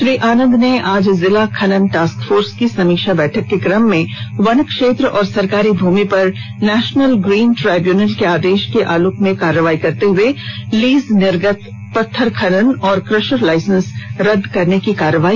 श्री आनंद ने आज जिला खनन टास्क फोर्स की समीक्षा बैठक के कम में वन क्षेत्र व सरकारी भूमि पर नेशनल ग्रीन ट्रिब्यूनल के आदेश के आलोक में कारवाई करते हुए लीज निर्गत पत्थर खनन और क्रशर लाइसेंस रद्द करने की कारवाई का निर्देष दिया गया